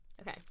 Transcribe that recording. Okay